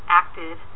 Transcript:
acted